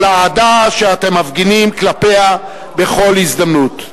האהדה שאתם מפגינים כלפיה בכל הזדמנות.